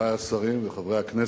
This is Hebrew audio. חברי השרים וחברי הכנסת,